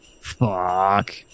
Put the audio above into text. Fuck